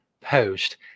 post